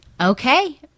Okay